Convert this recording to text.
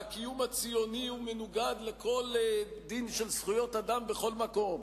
והקיום הציוני הוא מנוגד לכל דין של זכויות אדם בכל מקום,